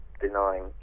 denying